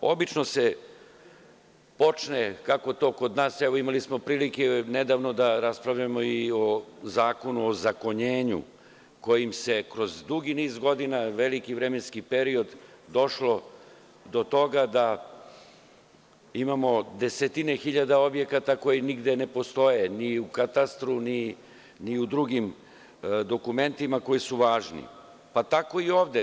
Imali smo prilike nedavno da raspravljamo i o Zakonu o ozakonjenju, kojim se kroz drugi niz godina, veliki vremenski period, došlo do toga da imamo desetine hiljada objekata koji nigde ne postoje, ni u katastru, ni u drugim dokumentima koji su važni, pa tako i ovde.